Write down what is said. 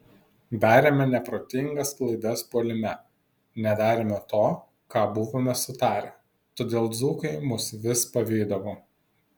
darėme neprotingas klaidas puolime nedarėme to ką buvome sutarę todėl dzūkai mus vis pavydavo